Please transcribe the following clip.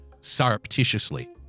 surreptitiously